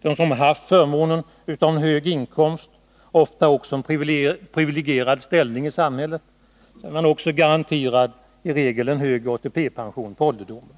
Den som haft förmånen av en hög inkomst — ofta också en privilegierad ställning i samhället — är garanterad en hög ATP-pension på ålderdomen.